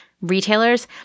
retailers